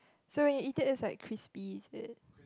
so when you eat it is like crispy is it